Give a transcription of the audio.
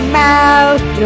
mouth